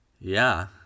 Yeah